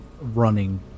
running